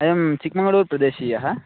अयं चिक्मङ्ग्ळर्प्रदेशीयः